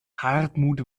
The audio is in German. hartmut